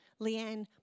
Leanne